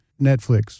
Netflix